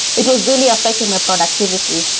it really affected my productivity.